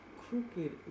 crooked